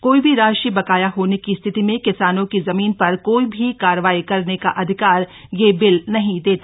कोई भी राशि बकाया होने की स्थिति में किसानों की जमीन पर कोई भी कार्रवाई करने का अधिकार यह बिल नहीं देती